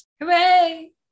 hooray